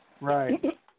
right